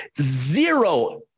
zero